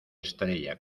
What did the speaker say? estrella